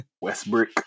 Westbrook